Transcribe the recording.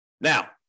Now